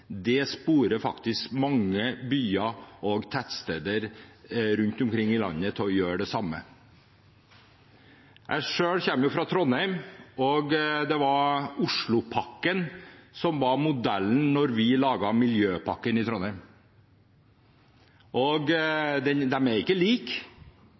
kollektivtrafikk, ansporer faktisk mange byer og tettsteder rundt omkring i landet til å gjøre det samme. Jeg kommer selv fra Trondheim, og det var Oslopakken som var modellen da vi laget miljøpakken i Trondheim. De er ikke like. De er forskjellige. Vi har betaling både inn og